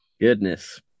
Goodness